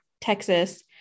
Texas